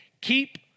keep